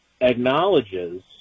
acknowledges